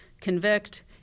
convict